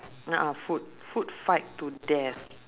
a'ah food food fight to death